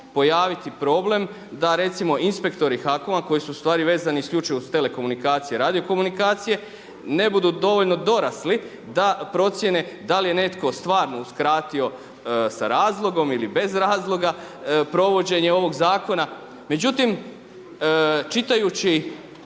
pojaviti problem da recimo inspektori HAKOM-a koji su ustvari vezani isključivo uz telekomunikacije, radiokomunikacije ne budu dovoljno dorasli da procjene da li je netko stvarno uskratio sa razlogom ili bez razloga provođenje ovog zakona. međutim, čitajući